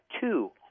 two